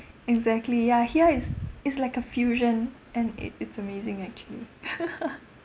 exactly ya here it's it's like a fusion and it it's amazing actually